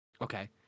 Okay